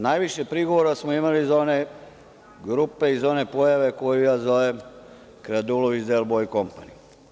Najviše prigovora smo imali za one grupe i za one pojave koju ja zovem „kradulović del boj kompani“